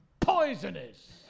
poisonous